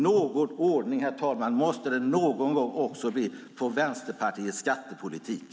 Någon ordning, herr talman, måste det någon gång bli också på Vänsterpartiets skattepolitik.